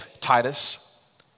Titus